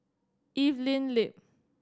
Evelyn Lip